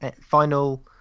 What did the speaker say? final